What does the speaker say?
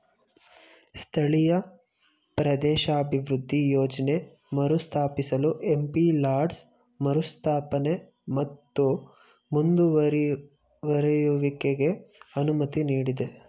ಸ್ಥಳೀಯ ಪ್ರದೇಶಾಭಿವೃದ್ಧಿ ಯೋಜ್ನ ಮರುಸ್ಥಾಪಿಸಲು ಎಂ.ಪಿ ಲಾಡ್ಸ್ ಮರುಸ್ಥಾಪನೆ ಮತ್ತು ಮುಂದುವರೆಯುವಿಕೆಗೆ ಅನುಮತಿ ನೀಡಿದೆ